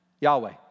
Yahweh